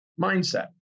mindset